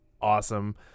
awesome